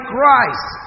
Christ